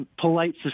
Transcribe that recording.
polite